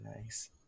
nice